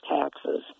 taxes